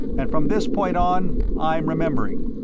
and from this point on i'm remembering.